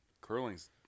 Curling's